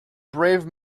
brave